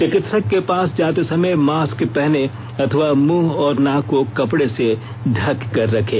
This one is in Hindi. चिकित्सक के पास जाते समय मास्क पहने अथवा मुंह और नाक को कपड़े से ढककर रखें